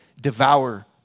devour